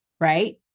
right